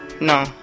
no